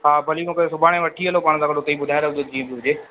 हा भली मूंखे सुभाणे वठी हलो पाणि सां गॾु उते ई ॿुधाए रखिजो जीअं बि हुजे